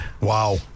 Wow